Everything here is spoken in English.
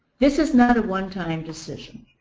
this is not a one-time decision.